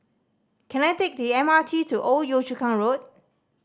can I take the M R T to Old Yio Chu Kang Road